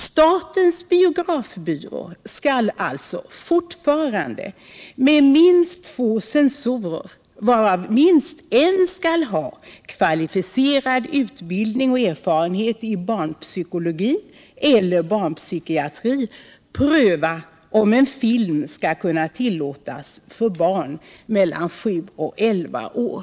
Statens biografbyrå skall alltså fortfarande med minst två censorer, av vilka minst en skall ha kvalificerad utbildning och erfarenhet i barnpsykologi eller barnpsykiatri, pröva om en film skall kunna tillåtas för barn mellan sju och elva år.